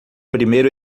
primeiro